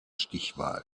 stichwahl